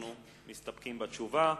אנחנו מסתפקים בתשובה.